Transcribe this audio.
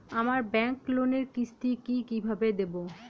আমার ব্যাংক লোনের কিস্তি কি কিভাবে দেবো?